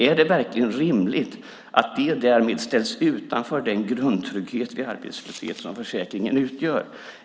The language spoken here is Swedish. Är det verkligen rimligt att de därmed ställs utanför den grundtrygghet vid arbetslöshet som försäkringen utgör?